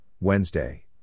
Wednesday